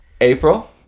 April